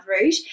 route